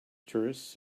tourists